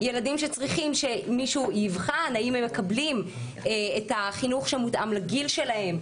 ילדים שצריכים מישהו יבחן האם הם מקבלים את החינוך שמותאם לגיל שלהם.